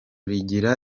rigira